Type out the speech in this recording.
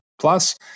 plus